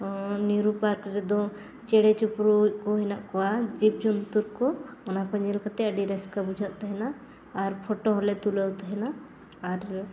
Nehru park ᱨᱮᱫᱚ ᱪᱮᱬᱮ ᱪᱤᱯᱨᱩᱫ ᱠᱚ ᱦᱮᱱᱟᱜ ᱠᱚᱣᱟ ᱡᱤᱵ ᱡᱚᱱᱛᱩ ᱠᱚ ᱚᱱᱟ ᱠᱚ ᱧᱮᱞ ᱠᱟᱛᱮ ᱟᱹᱰᱤ ᱨᱟᱹᱥᱠᱟᱹ ᱵᱩᱡᱷᱟᱹᱜ ᱛᱟᱦᱮᱱᱟ ᱟᱨ ᱯᱷᱚᱴᱳ ᱦᱚᱞᱮ ᱛᱩᱞᱟᱹᱣ ᱛᱟᱦᱮᱱᱟ ᱟᱨ